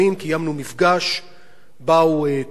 באו תושבים מאום-אל-קוטוף,